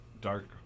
dark